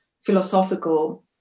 philosophical